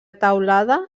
teulada